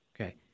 Okay